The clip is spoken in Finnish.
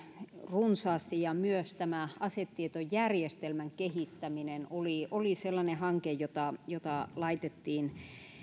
runsaasti ja myös tämä asetietojärjestelmän kehittäminen oli oli sellainen hanke jota jota laitettiin